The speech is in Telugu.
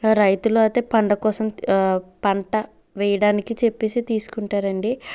రైతులయితే పంట కోసం పంట వేయడానికి చెప్పేసి తీసుకుంటారండి